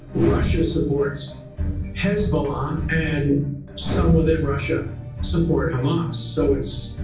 russia supports hezbollah um and some within russia support hamas so it's